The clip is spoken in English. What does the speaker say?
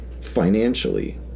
financially